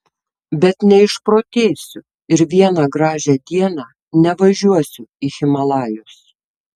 bet neišprotėsiu ir vieną gražią dieną nevažiuosiu į himalajus